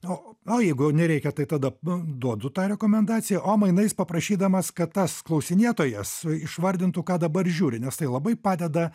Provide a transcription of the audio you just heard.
o o jeigu jau nereikia tai tada nu duodu tą rekomendaciją o mainais paprašydamas kad tas klausinėtojas išvardintų ką dabar žiūri nes tai labai padeda